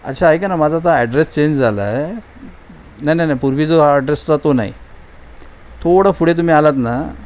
अच्छा ऐका ना माझा आता ॲड्रेस चेंज झाला आहे नाही नाही नाही पूर्वीचा जो ॲड्रेस होता तो नाही थोडं पुढे तुम्ही आलात ना